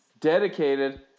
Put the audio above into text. dedicated